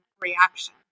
reaction